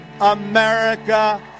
America